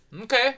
Okay